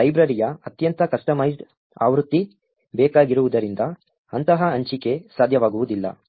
ಲೈಬ್ರರಿಯ ಅತ್ಯಂತ ಕಸ್ಟಮೈಸ್ಡ್ ಆವೃತ್ತಿ ಬೇಕಾಗಿರುವುದರಿಂದ ಅಂತಹ ಹಂಚಿಕೆ ಸಾಧ್ಯವಾಗುವುದಿಲ್ಲ